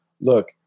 look